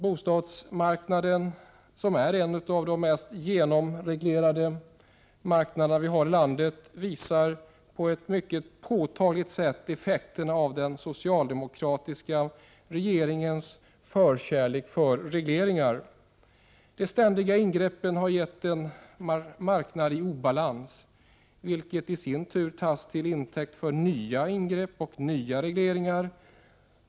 Bostadsmarknaden, som är en av mest genomreglerade marknaderna i landet, visar på ett mycket påtagligt sätt effekten av den socialdemokratiska regeringens förkärlek för regleringar. De ständiga ingreppen har gett en marknad i obalans, vilket i sin tur tas till intäkt för nya ingrepp och nya regleringar.